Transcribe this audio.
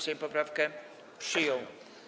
Sejm poprawkę przyjął.